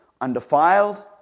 undefiled